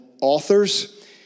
authors